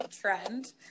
trend